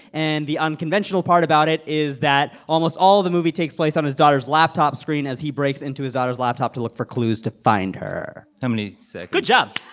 and the unconventional part about it is that almost all the movie takes place on his daughter's laptop screen as he breaks into his daughter's laptop to look for clues to find her. how many seconds? so good job